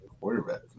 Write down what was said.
quarterback